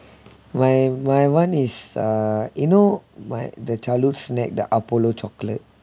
while while one is err you know what the childhood snack the apollo chocolate